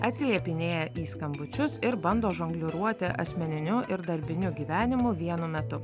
atsiliepinėja į skambučius ir bando žongliruoti asmeniniu ir darbiniu gyvenimu vienu metu